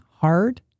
hard